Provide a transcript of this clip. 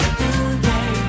today